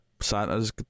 Santa's